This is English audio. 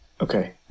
Okay